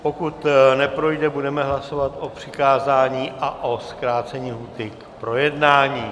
Pokud neprojde, budeme hlasovat o přikázání a o zkrácení lhůty k projednání.